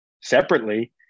Separately